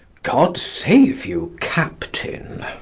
god save you, captain.